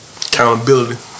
Accountability